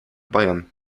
bayern